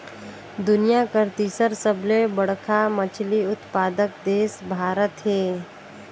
दुनिया कर तीसर सबले बड़खा मछली उत्पादक देश भारत हे